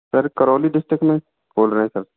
sir Karauli district में खोल रहें सर